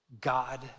God